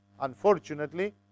Unfortunately